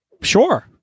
Sure